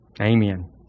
Amen